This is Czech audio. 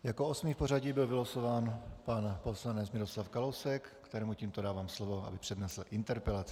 Jako osmý v pořadí byl vylosován pan poslanec Miroslav Kalousek, kterému tímto dávám slovo, aby přednesl interpelaci.